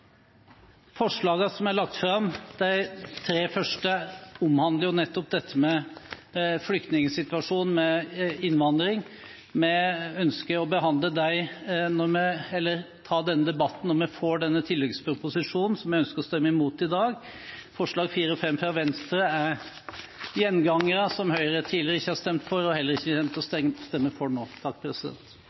som er lagt fram, de tre første, omhandler nettopp dette med flyktningsituasjonen, med innvandring. Vi ønsker å ta denne debatten når vi får denne tilleggsproposisjonen, så vi ønsker å stemme imot det i dag. Forslagene nr. 4 og 5 fra Venstre er gjengangere som Høyre tidligere ikke har stemt for og heller ikke har tenkt å stemme for nå.